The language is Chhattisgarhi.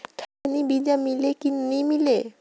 खैनी बिजा मिले कि नी मिले?